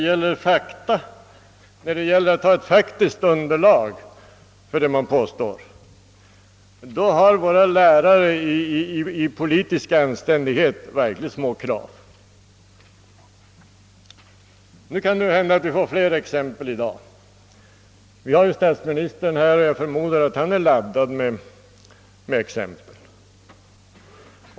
När det gäller att ha faktiskt underlag för det man påstår, har våra lärare i politisk anständighet verkligen små krav. Nu kan det ju hända att vi i dag får fler exempel. Statsministern är här, och jag förmodar att han är laddad med exempel.